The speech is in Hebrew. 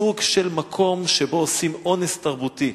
סוג של מקום שבו עושים אונס תרבותי.